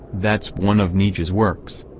that's one of nietzsche's works.